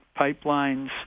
pipelines